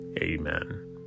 Amen